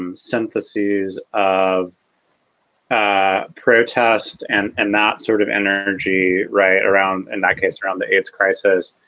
um syntheses of ah protest and and that sort of energy right around in that case, around the aids crisis.